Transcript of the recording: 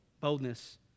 Boldness